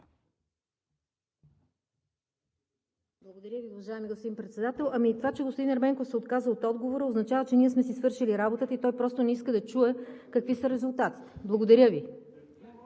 Благодаря Ви, уважаеми господин Председател. Ами това, че господин Ерменков се отказа от отговора, означава, че ние сме си свършили работата и той просто не иска да чуе какви са резултатите. Благодаря Ви.